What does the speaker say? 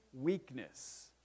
weakness